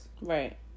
Right